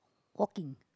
walking